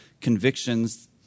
convictions